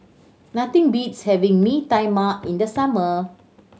nothing beats having Mee Tai Mak in the summer